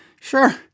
Sure